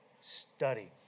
study